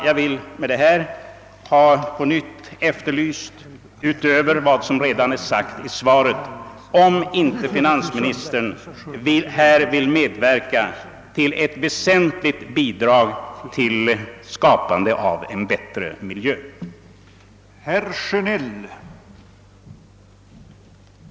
Jag vill med detta på nytt ha efterlyst, utöver vad som redan är sagt, om inte finansministern genom ändrad beskattning vill ge ett bidrag till att rädda miljön från fortsatt förstörelse.